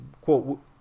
quote